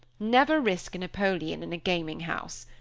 never risk a napoleon in a gaming house.